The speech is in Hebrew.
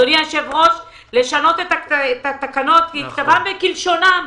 לשנות את התקנות ככתבן וכלשונן.